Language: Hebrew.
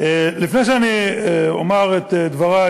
לפני שאני אומר את דברי,